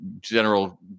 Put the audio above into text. general